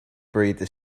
breathed